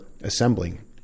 assembling